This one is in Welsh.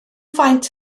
faint